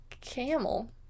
Camel